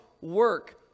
work